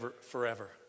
forever